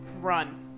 run